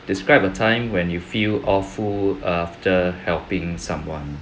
describe a time when you feel awful after helping someone